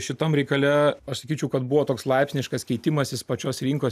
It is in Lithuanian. šitam reikale aš sakyčiau kad buvo toks laipsniškas keitimasis pačios rinkos